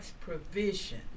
provision